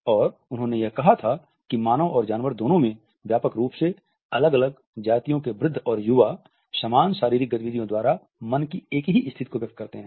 और उन्होंने यह कहा था कि मानव और जानवर दोनों में व्यापक रूप से अलग अलग जातियों के वृद्ध और युवा समान शारीरिक गतिविधियों द्वारा मन की एक ही स्थिति को व्यक्त करते हैं